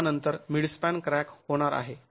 ज्यानंतर midspan crack होणार आहे